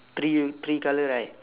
tree tree colour right